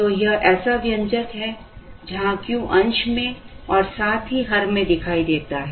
तो यह ऐसा व्यंजक है जहां Q अंश में और साथ ही हर में दिखाई देता है